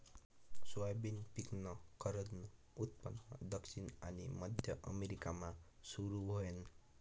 soybean पिकनं खरंजनं उत्पन्न दक्षिण आनी मध्य अमेरिकामा सुरू व्हयनं